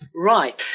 Right